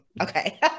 okay